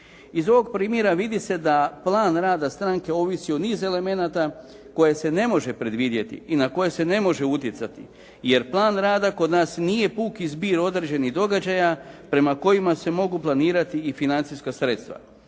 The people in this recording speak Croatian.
Iz ovog primjera vidi se da plan rada stranke ovisi o niz elemenata koje se ne može predvidjeti i na koje se ne može utjecati, jer plan rada kod nas nije puki zbir određenih događaja prema kojima se mogu planirati i financijska sredstva